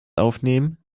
aufnehmen